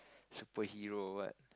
super hero or what